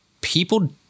people